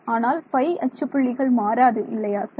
ஆனால் பை அச்சு புள்ளிகள் மாறாது இல்லையா சார்